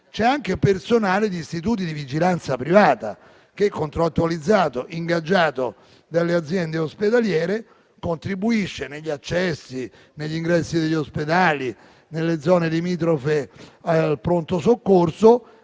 c'è anche personale di istituti di vigilanza privata che è contrattualizzato, ingaggiato dalle aziende ospedaliere, che contribuisce, negli accessi, negli ingressi negli ospedali, nelle zone limitrofe al pronto soccorso,